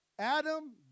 Adam